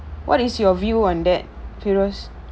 what is your view on that fairoz